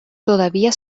todavía